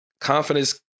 Confidence